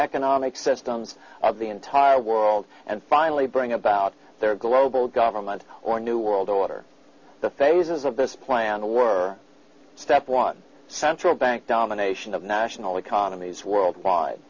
economic systems of the entire world and finally bring about a global government or new world order the phases of this plan were step one central bank domination of national economies worldwide